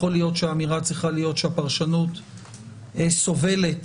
האמירה צריכה להיות שהפרשנות סובלת